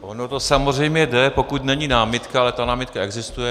Ono to samozřejmě jde, pokud není námitka, ale ta námitka existuje.